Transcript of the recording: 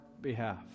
behalf